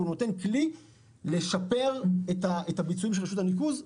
אבל הוא נותן כלי לשפר את הביצועים של רשות הניקוז.